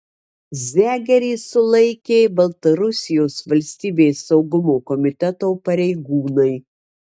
zegerį sulaikė baltarusijos valstybės saugumo komiteto pareigūnai